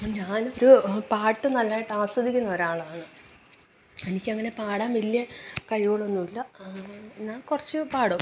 ഞാനൊരു പാട്ടു നന്നായിട്ട് ആസ്വദിക്കുന്ന ഒരാളാണ് എനിക്ക് അങ്ങനെ പാടാൻ വലിയ കഴിവുകളൊന്നുമില്ല എന്നാൽ കുറച്ചു പാടും